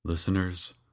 Listeners